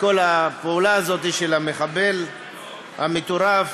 כל הפעולה הזאת של המחבל המטורף.